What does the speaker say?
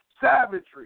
savagery